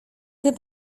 tym